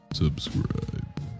Subscribe